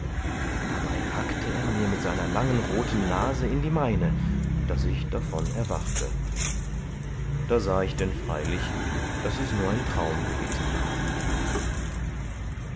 dabei hackte er mir mit seiner langen roten nase in die meine daß ich davon erwachte da sah ich denn freilich daß es nur ein traum gewesen war